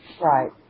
Right